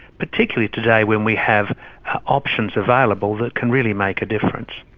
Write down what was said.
particularly today when we have options available that can really make a difference.